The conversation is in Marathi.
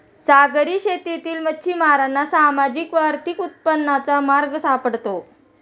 सागरी शेतीतील मच्छिमारांना सामाजिक व आर्थिक उन्नतीचा मार्ग सापडतो